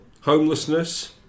Homelessness